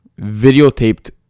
videotaped